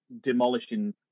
demolishing